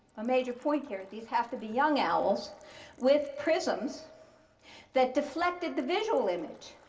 a major point here, these have to be young owls with prisms that deflected the visual image.